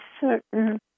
certain